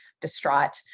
distraught